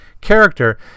character